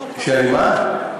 שאני מה?